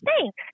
Thanks